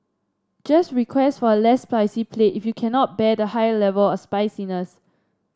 just request for a less spicy plate if you cannot bear high level of spiciness